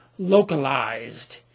localized